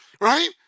right